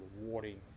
rewarding